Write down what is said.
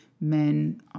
men